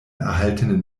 erhaltenen